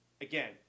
again